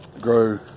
grow